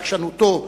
בעקשנותו,